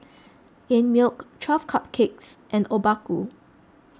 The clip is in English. Einmilk twelve Cupcakes and Obaku